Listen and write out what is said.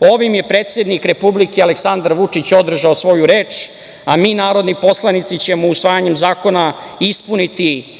Ovim je predsednik Republike, Aleksandar Vučić održao svoju reč, a mi narodni poslanici ćemo usvajanjem zakona ispuniti